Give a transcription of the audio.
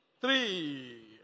three